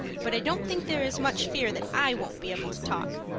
but i don't think there is much fear that i won't be able to talk.